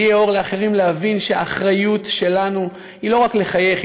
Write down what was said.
יהיה אור לאחרים להבין שהאחריות שלנו היא לא רק לחייך,